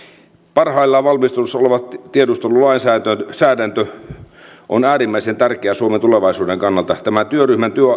parhaillaan valmistelussa oleva tiedustelulainsäädäntö on äärimmäisen tärkeä suomen tulevaisuuden kannalta tämän työryhmän